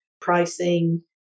pricing